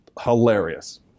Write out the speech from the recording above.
Hilarious